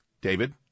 David